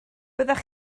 byddech